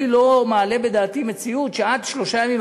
אני לא מעלה בדעתי מציאות שעד שלושה ימים,